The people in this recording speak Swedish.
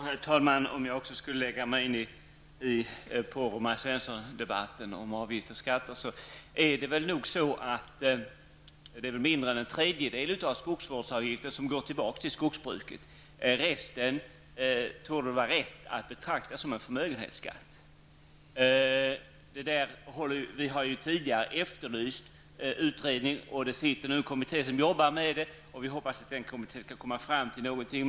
Herr talman! Även jag vill lägga mig i debatten om avgifter och skatter. Det torde vara mindre än en tredjedel av skogsvårdsavgiften som går tillbaka till skogsbruket. Den resterande delen torde det vara rätt att betrakta som en förmögenhetsskatt. Vi har tidigare efterlyst en utredning. En kommitté arbetar nu med detta. Vi hoppas att den kommittén skall komma fram till någonting.